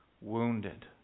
wounded